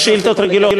יש שאילתות רגילות.